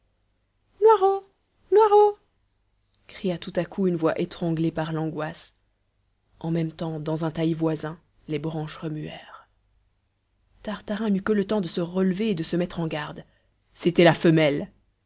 noiraud cria tout à coup une voix étranglée par l'angoisse en même temps dans un taillis voisin les branches remuèrent tartarin n'eut que le temps de se relever et de se mettre en garde c'était la femelle